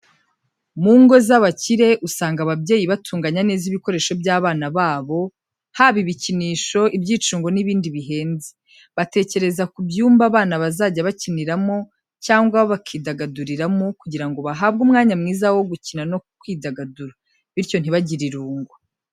Mu ngo z’abakire, usanga ababyeyi batunganya neza ibikoresho by’abana babo, haba ibikinisho, ibyicungo n’ibindi bihenze. Batekereza ku byumba abana bazajya bakiniramo cyangwa bakidagaduriramo kugira ngo bahabwe umwanya mwiza wo gukina no kwidagadura, bityo ntibagire irungu.